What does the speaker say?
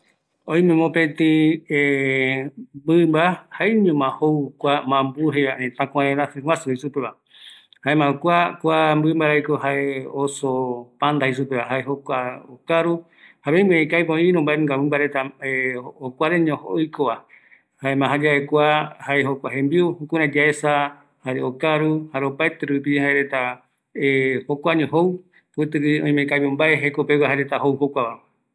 Oime mopetï mɨmba, jaeñoma jou kua mambu jeiva, mua mɨmba raiko jee oso panda jei supeva, oimeviko aipo maenduga mɨmba jokuareño oikova, yaesa jaeño jou, oimera iru